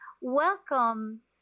Welcome